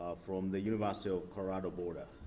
from the university of colorado boulder.